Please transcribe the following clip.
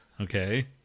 okay